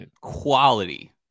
quality